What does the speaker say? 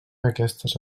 aquestes